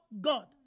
God